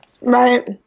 Right